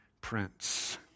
prince